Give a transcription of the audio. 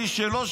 מי שלא,